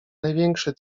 największy